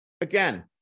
Again